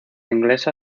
inglesa